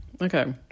Okay